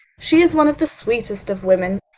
she is one of the sweetest of women.